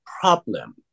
problem